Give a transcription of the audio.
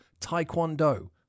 taekwondo